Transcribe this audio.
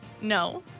No